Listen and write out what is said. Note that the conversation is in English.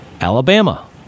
Alabama